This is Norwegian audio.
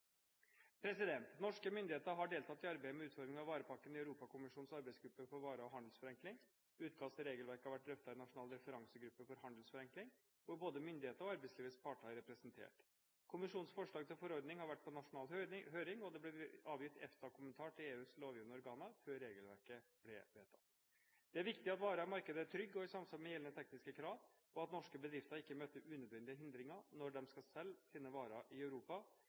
Norske myndigheter har deltatt i arbeidet med utforming av «varepakken» i Europakommisjonens arbeidsgruppe for varer og handelsforenkling. Utkast til regelverk har vært drøftet i nasjonal referansegruppe for handelsforenkling, hvor både myndighetene og arbeidslivets parter er representert. Kommisjonens forslag til forordninger har vært på nasjonal høring, og det ble avgitt EFTA-kommentarer til EUs lovgivende organer før regelverket ble vedtatt. Det er viktig at varer i markedet er trygge og i samsvar med gjeldende tekniske krav, og at norske bedrifter ikke møter unødvendige hindringer når de skal selge sine varer i Europa.